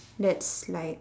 that's like